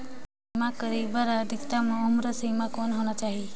बीमा करे बर अधिकतम उम्र सीमा कौन होना चाही?